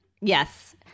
Yes